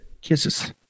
Kisses